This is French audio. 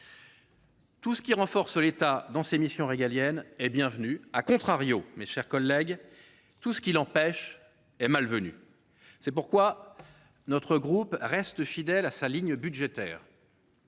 Tout ce qui renforce l’État dans ses missions régaliennes est bienvenu., mes chers collègues, tout ce qui l’empêche est malvenu. C’est pourquoi notre groupe reste fidèle à sa ligne budgétaire.